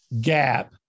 gap